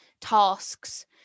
tasks